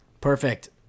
perfect